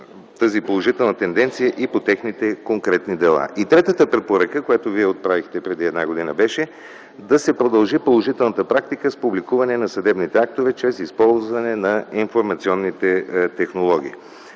тази положителна тенденция и по техните конкретни дела. И третата препоръка, която вие отправихте преди една година, беше да се продължи практиката с публикуване на съдебните актове чрез използване на информационните технологии.